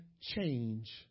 change